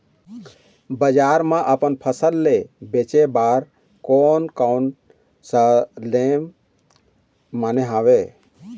बजार मा अपन फसल ले बेचे बार कोन कौन सा नेम माने हवे?